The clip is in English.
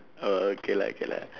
oh okay lah K lah